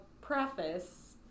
preface